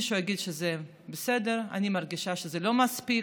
יש מי שיגיד שזה בסדר, אני מרגישה שזה לא מספיק.